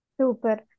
Super